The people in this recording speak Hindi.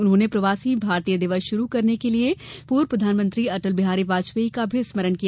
उन्होंने प्रवासी भारतीय दिवस शुरू करने के लिए पूर्व प्रधानमंत्री अटल बिहारी वाजपेयी का भी स्मरण किया